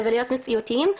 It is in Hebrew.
ולהיות מציאותיים,